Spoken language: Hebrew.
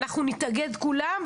אנחנו נתאגד כולם,